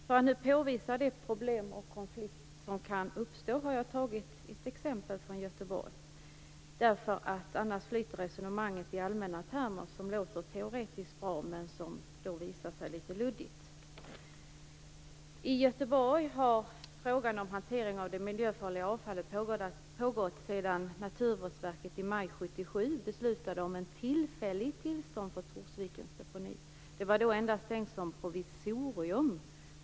För att påvisa de problem och konflikter som kan uppstå har jag tagit upp ett exempel från Göteborg. Annars flyter resonemanget i allmänna termer som låter teoretiskt bra men som sedan visar sig litet luddiga. I Göteborg har frågan om hanteringen av det miljöfarliga avfallet pågått sedan Naturvårdsverket i maj 1977 beslutade om ett tillfälligt tillstånd för Torsvikens deponi. Det var då endast tänkt som provisorium.